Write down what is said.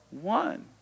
one